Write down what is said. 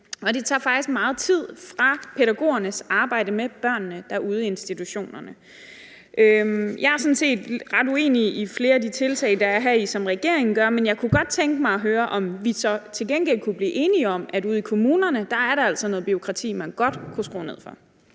og de tager faktisk meget tid fra pædagogernes arbejde med børnene ude i institutionerne. Jeg er sådan set ret uenig i flere af de tiltag, der er heri, som regeringen laver, men jeg kunne godt tænke mig at høre, om vi så til gengæld kunne blive enige om, at ude i kommunerne er der altså noget bureakrati, man godt kunne skrue ned for.